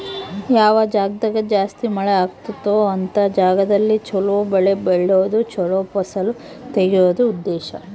ಯಾವ ಜಾಗ್ದಾಗ ಜಾಸ್ತಿ ಮಳೆ ಅಗುತ್ತೊ ಅಂತ ಜಾಗದಲ್ಲಿ ಚೊಲೊ ಬೆಳೆ ಬೆಳ್ದು ಚೊಲೊ ಫಸಲು ತೆಗಿಯೋದು ಉದ್ದೇಶ